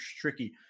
tricky